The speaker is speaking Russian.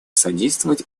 содействовать